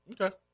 Okay